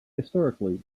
historically